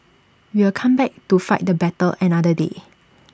we will come back to fight the battle another day